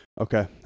okay